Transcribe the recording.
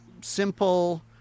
simple